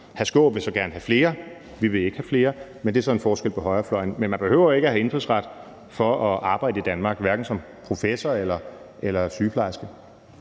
Skaarup vil så gerne have flere; vi vil ikke have flere. Det er så en forskel på højrefløjen. Men man behøver ikke at have indfødsret for at arbejde i Danmark, hverken som professor eller sygeplejerske.